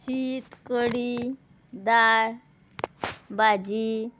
शीत कडी दाळ भाजी